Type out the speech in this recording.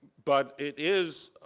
but it is